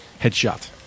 headshot